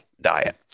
diet